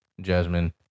Jasmine